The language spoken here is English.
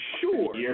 Sure